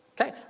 Okay